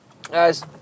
Guys